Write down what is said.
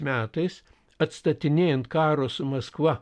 metais atstatinėjant karo su maskva